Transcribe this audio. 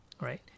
right